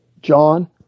John